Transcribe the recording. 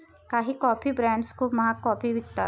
काही coffee brands खूप महाग कॉफी विकतात